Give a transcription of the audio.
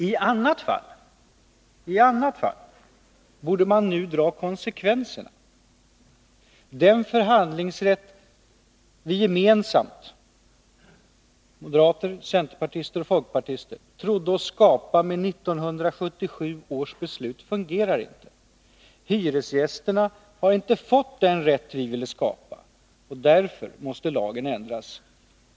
I annat fall borde man nu ta konsekvenserna. Den förhandlingsrätt som vi gemensamt - moderater, centerpartister och folkpartister — trodde oss skapa med 1977 års beslut fungerar inte. Hyresgästerna har inte fått den rätt vi ville skapa, och därför måste lagen ändras.